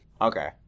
Okay